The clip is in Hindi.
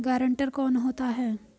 गारंटर कौन होता है?